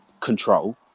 control